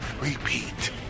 repeat